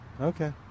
Okay